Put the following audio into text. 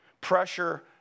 Pressure